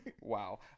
wow